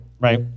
right